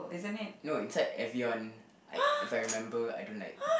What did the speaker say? no it's like Evian if I remember I don't like